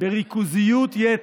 בריכוזיות יתר,